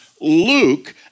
Luke